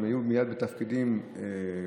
והם היו מייד בתפקידים ממשלתיים,